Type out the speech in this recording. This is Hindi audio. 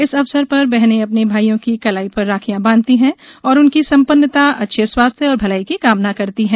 इस अवसर पर बहनें अपने भाइयों की कलाई पर राखियां बांधती हैं और उनकी संपन्नता अच्छे स्वास्थ्य और भलाई की कामना करती हैं